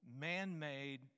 man-made